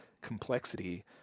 complexity